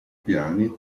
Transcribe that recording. piani